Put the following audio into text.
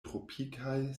tropikaj